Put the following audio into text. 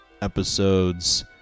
episodes